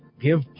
give